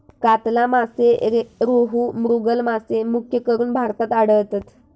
कातला मासे, रोहू, मृगल मासे मुख्यकरून भारतात आढळतत